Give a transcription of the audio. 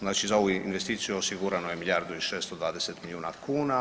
Znači za ovu investiciju osigurano je milijardu i 620 milijuna kuna.